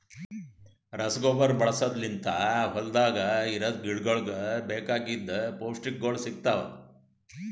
ರಸಗೊಬ್ಬರ ಬಳಸದ್ ಲಿಂತ್ ಹೊಲ್ದಾಗ ಇರದ್ ಗಿಡಗೋಳಿಗ್ ಬೇಕಾಗಿದ್ ಪೌಷ್ಟಿಕಗೊಳ್ ಸಿಗ್ತಾವ್